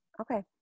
Okay